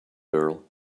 girl